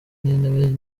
n’intebe